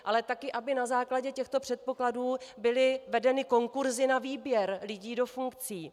Ale taky aby na základě těchto předpokladů byly vedeny konkursy na výběr lidí do funkcí.